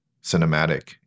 cinematic